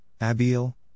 Abiel